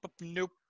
Nope